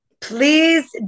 please